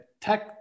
tech